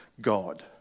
God